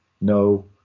no